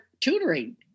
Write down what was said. tutoring